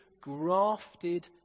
grafted